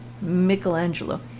Michelangelo